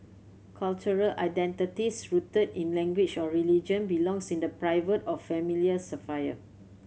cultural identities rooted in language or religion belongs in the private or familial sphere